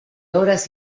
horas